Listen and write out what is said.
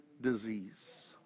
disease